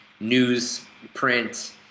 newsprint